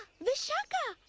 vishaka!